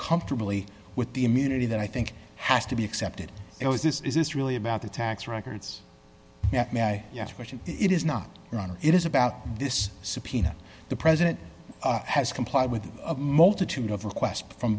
comfortably with the immunity that i think has to be accepted it was this is this really about the tax records yes question it is not run it is about this subpoena the president has complied with a multitude of requests from